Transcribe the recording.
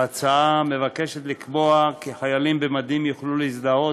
ההצעה מבקשת לקבוע כי חיילים במדים יוכלו להזדהות